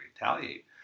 retaliate